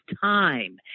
time